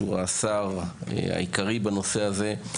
שהוא השר העיקרי בנושא הזה,